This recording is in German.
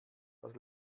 was